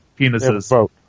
penises